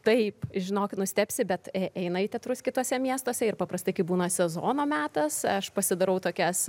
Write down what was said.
taip žinok nustebsi bet e eina į teatrus kituose miestuose ir paprastai kai būna sezono metas aš pasidarau tokias